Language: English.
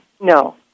No